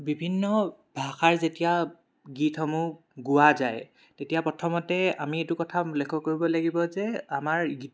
বিভিন্ন ভাষাৰ যেতিয়া গীতসমূহ গোৱা যায় তেতিয়া প্ৰথমতে আমি এইটো কথা লক্ষ্য কৰিব লাগিব যে আমাৰ গীত